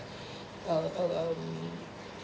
a a um